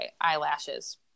eyelashes